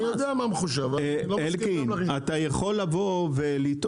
אתה יכול להגיד